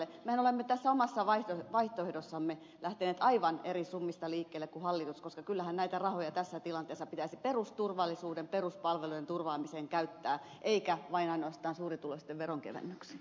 mehän olemme tässä omassa vaihtoehdossamme lähteneet aivan eri summista liikkeelle kuin hallitus koska kyllähän näitä rahoja tässä tilanteessa pitäisi peruspalvelujen turvaamiseen käyttää eikä ainoastaan suurituloisten veronkevennyksiin